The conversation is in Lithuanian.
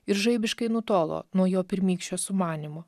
ir žaibiškai nutolo nuo jo pirmykščio sumanymo